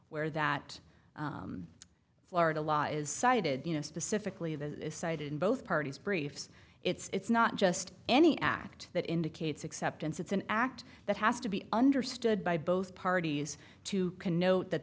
where that florida law is cited you know specifically the cited in both parties briefs it's not just any act that indicates acceptance it's an act that has to be understood by both parties to connote that